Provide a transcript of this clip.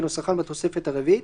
כנוסחן בתוספת הרביעית,